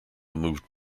moved